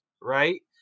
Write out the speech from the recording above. right